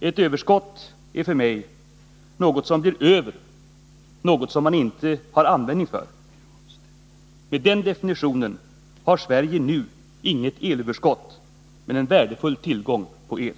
Ett överskott är för mig något som blir över, något som man inte har användning för. Med den definitionen har Sverige nu inget elöverskott, men en värdefull tillgång på el.